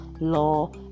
law